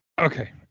okay